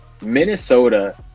Minnesota